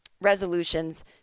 resolutions